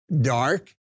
dark